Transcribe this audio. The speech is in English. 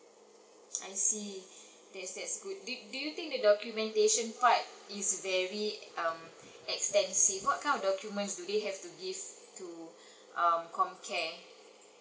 I see that's that's good do do you think the documentation part is very um extensive what kind of documents do they have to give to um comcare